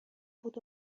بود